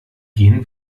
gehen